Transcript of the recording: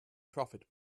profit